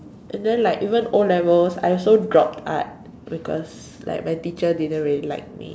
and then like even O-levels I also drop art because like my teacher didn't really like me